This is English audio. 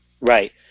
Right